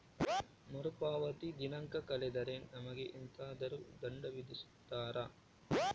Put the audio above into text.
ಮರುಪಾವತಿ ದಿನಾಂಕ ಕಳೆದರೆ ನಮಗೆ ಎಂತಾದರು ದಂಡ ವಿಧಿಸುತ್ತಾರ?